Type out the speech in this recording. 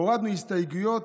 הורדנו הסתייגויות.